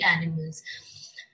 animals